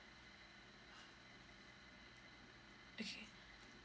okay